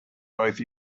both